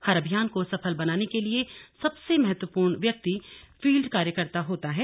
हर अभियान को सफल बनाने के लिए सबसे महत्वपूर्ण व्यक्ति फील्ड कार्यकर्ता होता है